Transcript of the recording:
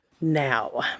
now